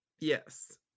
Yes